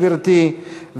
גברתי,